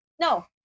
no